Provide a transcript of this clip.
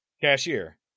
Cashier